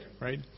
right